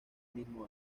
mismo